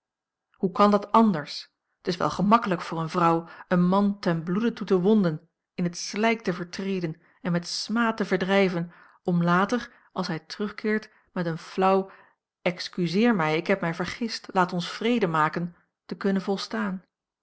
hoe kan dat anders t is wel gemakkelijk voor eene vrouw een man ten bloede toe te wonden in het slijk te vertreden en met smaad te verdrijven om later als hij terugkeert met een flauw excuseer mij ik heb mij vergist laat ons vrede maken te kunnen volstaan